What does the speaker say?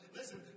listen